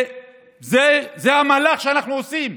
זה המהלך שאנחנו עושים,